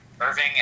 Irving